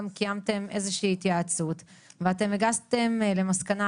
קיימתם איזושהי התייעצות ואתם הגעתם למסקנה,